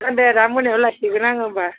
दे दा मोनायाव लायसिगोन आङो होनबा